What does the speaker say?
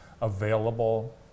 available